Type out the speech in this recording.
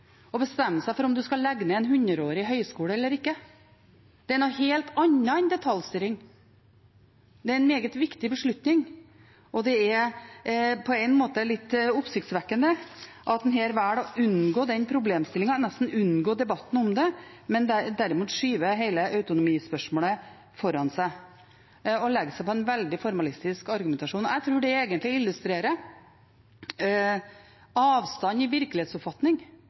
å bestemme seg for om en skal legge ned en hundreårig høyskole eller ikke. Det er noe helt annet enn detaljstyring, det er en meget viktig beslutning, og det er på en måte litt oppsiktsvekkende at en her velger å unngå den problemstillingen, nesten unngå debatten om det, men derimot skyver hele autonomispørsmålet foran seg og legger seg på en veldig formalistisk argumentasjon. Jeg tror det egentlig illustrerer avstanden i virkelighetsoppfatning